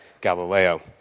Galileo